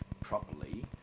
properly